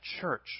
church